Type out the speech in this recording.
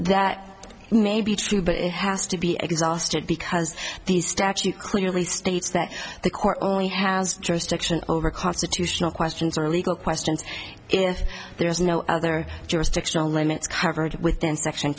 that may be true but it has to be exhausted because the statute clearly states that the court only has jurisdiction over constitutional questions or legal questions if there is no other jurisdictional limits covered with in section